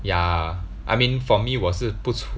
ya I mean for me 我是不出